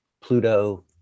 Pluto